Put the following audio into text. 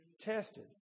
tested